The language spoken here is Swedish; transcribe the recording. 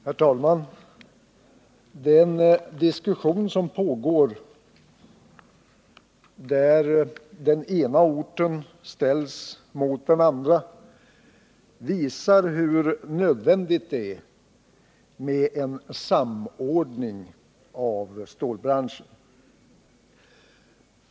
Herr talman! Den diskussion som pågår, där den ena orten ställs mot den andra, visar hur nödvändigt det är med en samordning av stålbranschen.